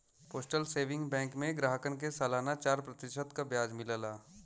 postal saving bank में ग्राहकन के सलाना चार प्रतिशत क ब्याज मिलला